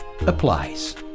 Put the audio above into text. applies